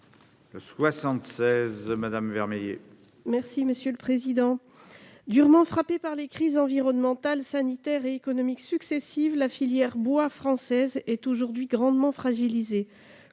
: La parole est à Mme Sylvie Vermeillet. Durement frappée par les crises environnementales, sanitaires et économiques successives, la filière bois française est aujourd'hui grandement fragilisée.